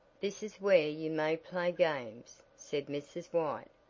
this is where you may play games, said mrs. white,